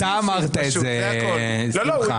אתה אמרת את זה, שמחה.